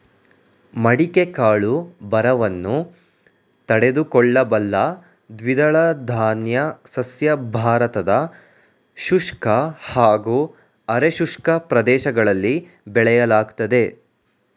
ಮಡಿಕೆ ಕಾಳು ಬರವನ್ನು ತಡೆದುಕೊಳ್ಳಬಲ್ಲ ದ್ವಿದಳಧಾನ್ಯ ಸಸ್ಯ ಭಾರತದ ಶುಷ್ಕ ಹಾಗೂ ಅರೆ ಶುಷ್ಕ ಪ್ರದೇಶಗಳಲ್ಲಿ ಬೆಳೆಯಲಾಗ್ತದೆ